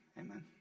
amen